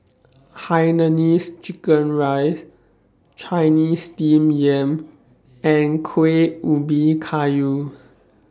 Hainanese Chicken Rice Chinese Steamed Yam and Kueh Ubi Kayu